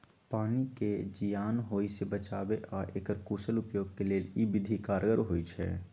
पानी के जीयान होय से बचाबे आऽ एकर कुशल उपयोग के लेल इ विधि कारगर होइ छइ